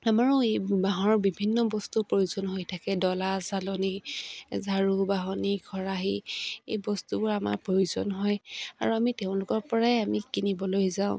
আমাৰো এই বাঁহৰ বিভিন্ন বস্তুৰ প্ৰয়োজন হৈ থাকে ডলা চালনি জাৰু বাঁহনি খৰাহি এই বস্তুবোৰ আমাৰ প্ৰয়োজন হয় আৰু আমি তেওঁলোকৰ পৰাই আমি কিনিবলৈ যাওঁ